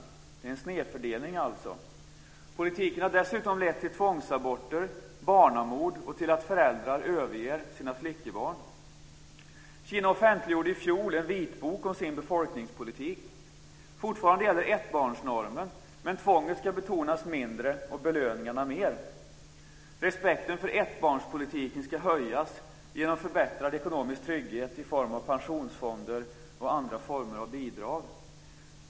Det blir alltså en snedfördelning mellan könen. Politiken har dessutom lett till tvångsaborter och barnamord och till att föräldrar överger sina flickebarn. Kina offentliggjorde i fjol en vitbok om sin befolkningspolitik. Fortfarande gäller ettbarnsnormen, men tvånget ska betonas mindre och belöningarna mer. Respekten för ettbarnspolitiken ska höjas genom förbättrad ekonomisk trygghet i form av pensionsfonder och andra former av bidrag.